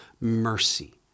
mercy